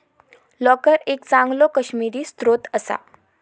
लोकर एक चांगलो काश्मिरी स्त्रोत असा